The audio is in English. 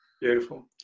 Beautiful